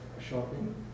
shopping